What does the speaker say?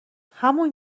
همون